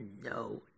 no